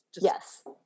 Yes